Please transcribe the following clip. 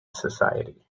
society